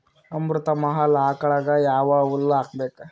ಅಮೃತ ಮಹಲ್ ಆಕಳಗ ಯಾವ ಹುಲ್ಲು ಹಾಕಬೇಕು?